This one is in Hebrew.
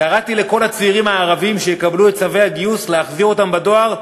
קראתי לכל הצעירים הערבים שיקבלו את צווי הגיוס להחזיר אותם בדואר,